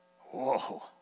Whoa